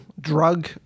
drug